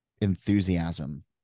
enthusiasm